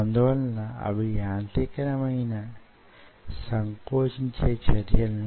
అందుకే మందానికి అంత ప్రాముఖ్యత ఉన్నది